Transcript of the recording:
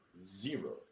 zero